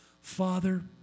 Father